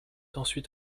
ensuite